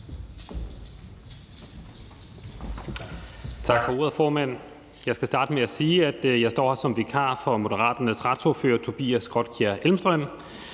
Tak for ordet, formand. Jeg skal starte med at sige, at jeg står her som vikar for Moderaternes retsordfører, Tobias Grotkjær Elmstrøm.